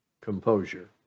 Composure